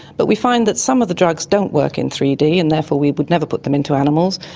but we find that some of the drugs don't work in three d and therefore we would never put them into animals,